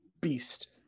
beast